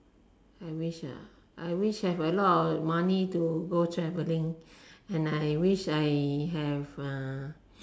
I wish I wish I have a lot of money to go travelling and I wish I have uh